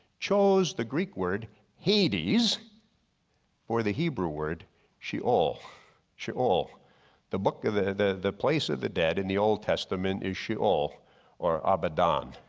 chose the greek word hades for the hebrew word she'ol. the book of the the the place of the dead in the old testament is she'ol or abaddon.